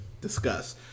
discuss